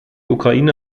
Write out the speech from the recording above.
ukraine